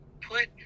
put